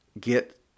get